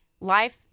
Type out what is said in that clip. Life